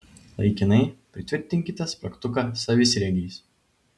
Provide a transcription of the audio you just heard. laikinai pritvirtinkite spragtuką savisriegiais